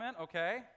okay